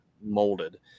molded